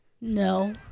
no